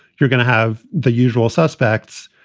you're going to have the usual suspects.